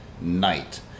night